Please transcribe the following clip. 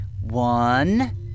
One